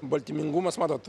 baltymingumas matot